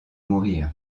mourir